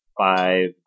five